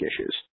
issues